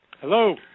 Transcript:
Hello